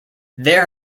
there